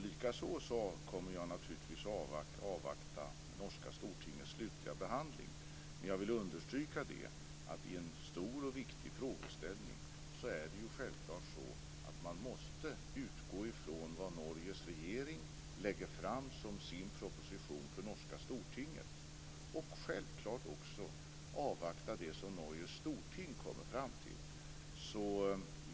Likaså kommer jag naturligtvis att avvakta norska Men jag vill understryka att i en stor och viktig frågeställning måste man självfallet utgå från vad Norges regering lägger fram som sin proposition för norska Stortinget. Självfallet måste man också avvakta det som Norges storting kommer fram till.